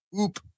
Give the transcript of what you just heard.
Oop